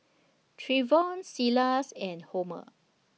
Treyvon Silas and Homer